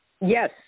Yes